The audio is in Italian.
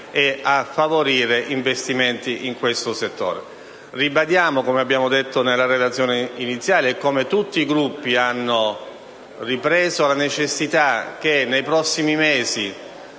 e a favorire investimenti in questo settore. Ribadiamo - come abbiamo detto nella relazione iniziale e come tutti i Gruppi hanno sottolineato - la necessità che nei prossimi mesi,